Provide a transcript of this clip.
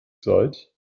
seid